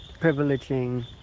privileging